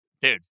Dude